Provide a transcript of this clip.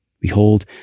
Behold